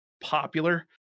popular